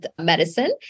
medicine